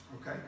Okay